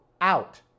out